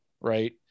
right